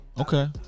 Okay